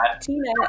tina